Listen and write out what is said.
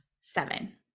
seven